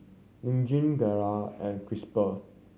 Nin Jiom Gelare and Chipster